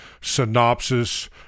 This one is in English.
synopsis